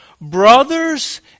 brothers